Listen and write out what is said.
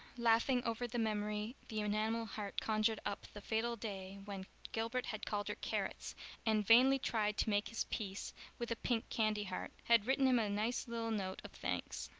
laughing over the memory the enamel heart conjured up the fatal day when gilbert had called her carrots and vainly tried to make his peace with a pink candy heart, had written him a nice little note of thanks.